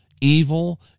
evil